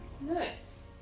Nice